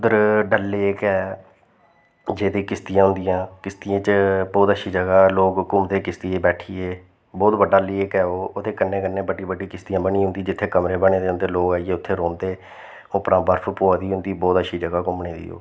उद्धर डल लेक ऐ जेह्दे च किस्ती होंदियां किस्तियें च बोह्त अच्छी जगह् ऐ लोक घूमदे किस्तियै बैठियै बोह्त बड्डा लेक ऐ ओह् ओह्दे कन्नै कन्नै बड्डी बड्डी किस्तियें जित्थें कमरे बने दे होंदे लोक आइयै उत्थें रौंह्दे उप्परा बर्फ पौऐ दी होंदी बोह्त अच्छी जगह् घूमने दी ओह्